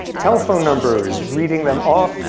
telephone numbers. reading them off,